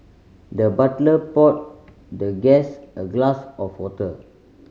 the butler poured the guest a glass of water